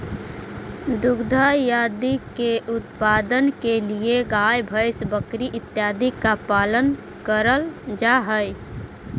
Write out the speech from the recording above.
दुग्ध आदि के उत्पादन के लिए गाय भैंस बकरी इत्यादि का पालन करल जा हई